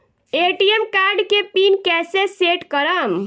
ATM card के PIN कैसे set करम?